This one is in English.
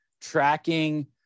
tracking